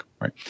right